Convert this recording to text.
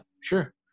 sure